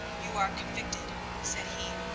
you are convicted, said he.